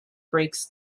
breaks